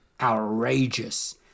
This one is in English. outrageous